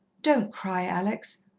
don't cry, alex.